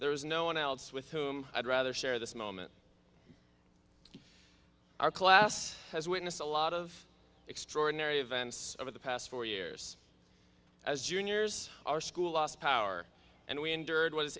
there is no one else with whom i'd rather share this moment our class has witnessed a lot of extraordinary events over the past four years as juniors our school lost power and we endured w